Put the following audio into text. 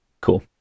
Cool